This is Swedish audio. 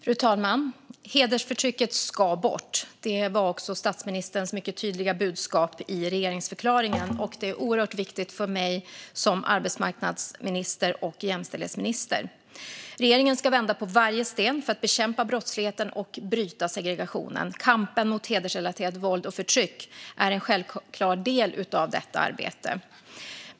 Fru talman! Hedersförtrycket ska bort. Det var statsministerns mycket tydliga budskap i regeringsförklaringen, och det är oerhört viktigt för mig som arbetsmarknadsminister och jämställdhetsminister. Regeringen ska vända på varje sten för att bekämpa brottsligheten och bryta segregationen. Kampen mot hedersrelaterat våld och förtryck är en självklar del av detta arbete.